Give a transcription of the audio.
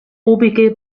obige